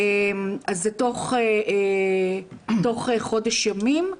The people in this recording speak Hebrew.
אז זה תוך חודש ימים.